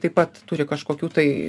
taip pat turi kažkokių tai